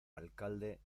alcalde